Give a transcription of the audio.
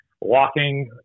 walking